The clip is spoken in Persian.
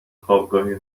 خوابگاهی